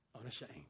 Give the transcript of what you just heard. Unashamed